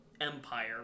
empire